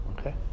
Okay